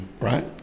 right